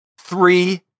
three